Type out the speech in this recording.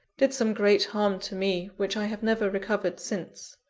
did some great harm to me which i have never recovered since.